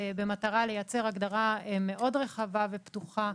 במטרה לייצר הגדרה מאוד רחבה ופתוחה,